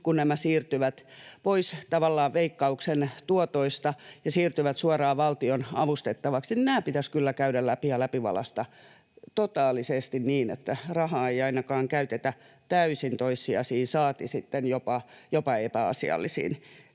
kun nämä siirtyvät pois tavallaan Veikkauksen tuotoista ja siirtyvät suoraan valtion avustettaviksi — että rahaa ei tosiasiallisesti ainakaan käytetä täysin toissijaisiin, saati sitten jopa epäasiallisiin